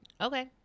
Okay